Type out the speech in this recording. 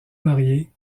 marié